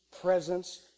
presence